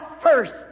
first